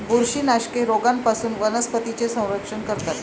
बुरशीनाशके रोगांपासून वनस्पतींचे संरक्षण करतात